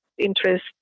interest